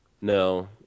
no